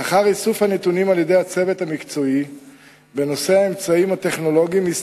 לאחר איסוף הנתונים בנושא האמצעים הטכנולוגיים על-ידי הצוות המקצועי,